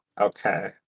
Okay